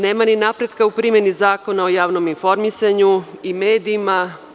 Nema ni napretka u primeni Zakona o javnom informisanju i medijima.